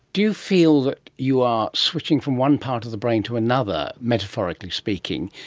do you feel that you are switching from one part of the brain to another, metaphorically speaking,